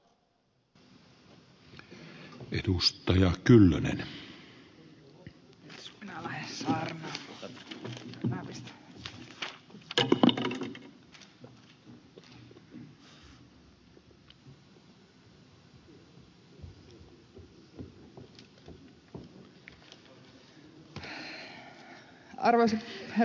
arvoisa herra puhemies arvoisa ministeri kollegat